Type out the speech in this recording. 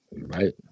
Right